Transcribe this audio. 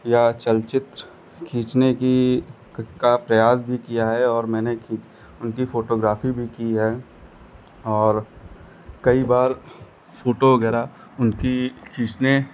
या चलचित्र खींचने की का प्रयास भी किया है और मैंने की उनकी फ़ोटोग्राफी भी की है और कई बार फ़ोटो वगैरह उनकी खींचने